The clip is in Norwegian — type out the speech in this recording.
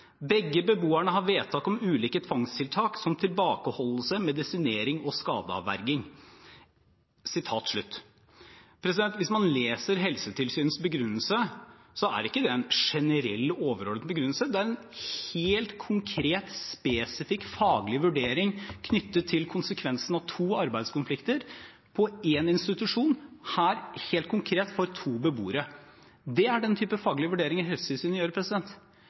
Begge beboerne har vedtak om ulike tvangstiltak, som tilbakeholdelse, medisinering og skadeavverging.» Hvis man leser Helsetilsynets begrunnelse, så er ikke det en generell, overordnet begrunnelse. Det er en helt konkret, spesifikk faglig vurdering knyttet til konsekvensen av to arbeidskonflikter på én institusjon, her helt konkret for to beboere. Det er den type faglige vurderinger Helsetilsynet gjør.